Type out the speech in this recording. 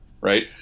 right